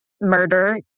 Murder